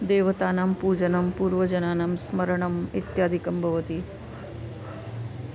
देवतानां पूजनं पूर्वजनानां स्मरणम् इत्यादिकं भवति